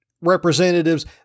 representatives